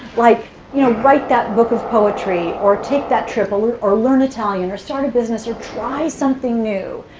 like you know write that book of poetry or take that trip or or learning italian or start sort of business or try something new,